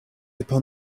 upon